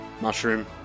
Mushroom